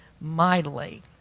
mightily